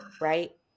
right